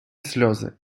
сльози